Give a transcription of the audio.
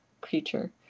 creature